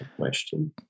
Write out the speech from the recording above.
question